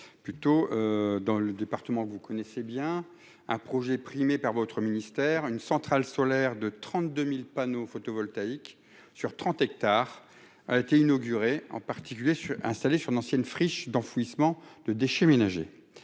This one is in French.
plus tôt dans le département que vous connaissez bien ah projet primé par votre ministère une centrale solaire de 32000 panneaux photovoltaïques, sur 30 hectares a été inauguré en particulier installé sur une ancienne friche d'enfouissement de déchets ménagers,